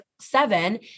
seven